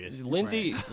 Lindsey